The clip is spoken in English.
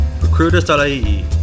recruiters.ie